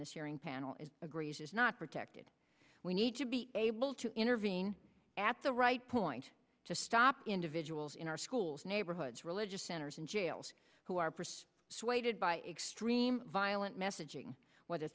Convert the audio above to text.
hearing panel is agrees is not protected we need to be able to intervene at the right point to stop individuals in our schools neighborhoods religious centers and jails who are priests swayed by extreme violent messaging wh